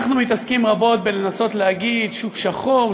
אנחנו מתעסקים רבות בלנסות להגיד שוק שחור,